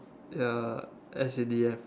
ya S_C_D_F